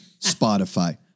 Spotify